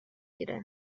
گیره